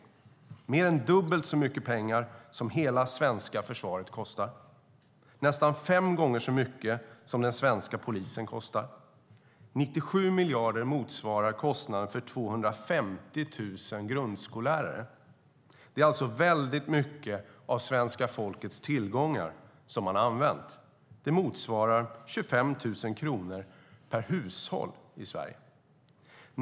Det handlar om mer än dubbelt så mycket pengar som hela det svenska försvaret kostar och nästan fem gånger så mycket som den svenska polisen kostar. 97 miljarder motsvarar kostnaden för 250 000 grundskollärare. Det är alltså väldigt mycket av svenska folkets tillgångar man har använt. Det motsvarar 25 000 kronor per hushåll i Sverige.